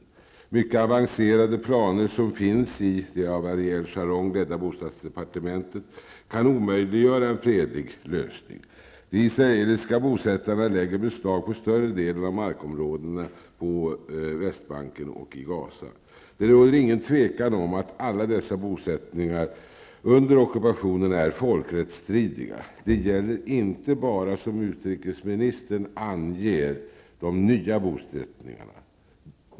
De mycket avancerade planer som finns i det av Ariel Sharon ledda bostadsdepartementet kan omöjliggöra en fredlig lösning. De israeliska bosättarna lägger beslag på större delen av markområdena på Västbanken och i Gaza. Det råder inget tvivel om att alla dessa bosättningar under ockupationen är folkrättsstridiga. Det gäller inte bara, som utrikesministern anger, de nya bosättningarna.